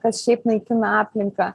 kas šiaip naikina aplinką